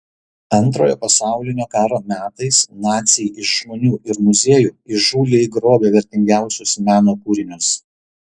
antrojo pasaulio karo metais naciai iš žmonių ir muziejų įžūliai grobė vertingiausius meno kūrinius